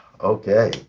Okay